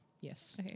yes